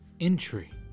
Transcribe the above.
entry